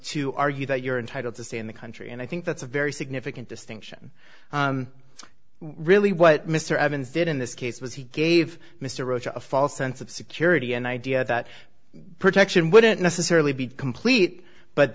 to argue that you're entitled to stay in the country and i think that's a very significant distinction really what mr evans did in this case was he gave mr roach a false sense of security an idea that protection wouldn't necessarily be complete but